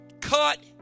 cut